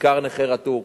בעיקר נכה רתוק,